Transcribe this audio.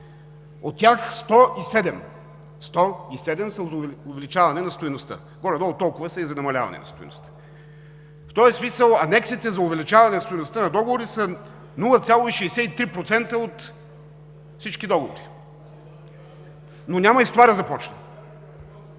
От тях 107 са за увеличаване на стойността, горе-долу толкова са и за намаляване на стойността. В този смисъл анексите за увеличаване на стойността на договорите са 0,63% от всички договори, но няма и с това да започна.